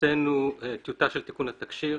הוצאנו טיוטה של תיקון התקש"יר,